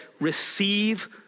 receive